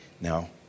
Now